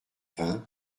vingt